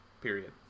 Period